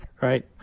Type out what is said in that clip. right